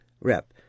Rep